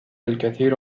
الكثير